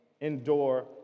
endure